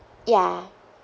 ya